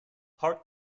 hart